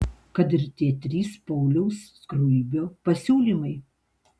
kad ir tie trys pauliaus skruibio pasiūlymai